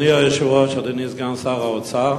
היושב-ראש, אדוני סגן שר האוצר,